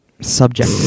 Subject